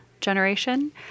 generation